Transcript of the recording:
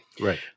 Right